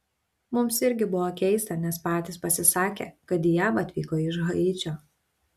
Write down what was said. mums irgi buvo keista nes patys pasisakė kad į jav atvyko iš haičio